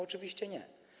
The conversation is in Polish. Oczywiście nie.